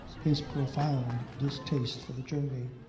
his profound distaste for the journey,